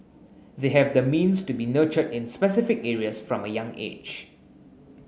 they have the means to be nurtured in specific areas from a young age